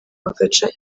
bagaca